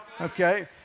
Okay